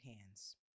hands